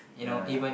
ya